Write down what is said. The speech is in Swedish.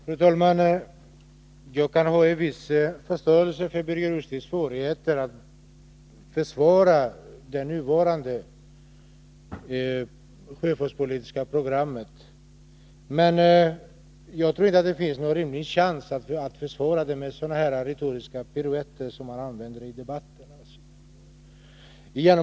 Fru talman! Jag kan ha en viss förståelse för Birger Rosqvists svårigheter att försvara det nuvarande sjöfartspolitiska programmet. Men jag tror inte det finns någon rimlig chans att försvara det med sådana retoriska piruetter som dem han använder i debatten.